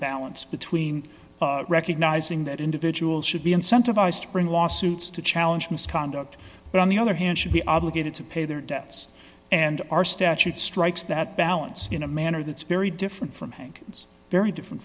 balance between recognizing that individuals should be incentivized to bring lawsuits to challenge misconduct but on the other hand should be obligated to pay their debts and our statute strikes that balance in a manner that's very different from hank it's very different